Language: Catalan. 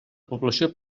població